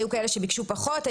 היו כאלה שביקשו פחות,